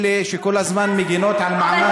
אתן אלה שכל הזמן מגינות על מעמד האישה,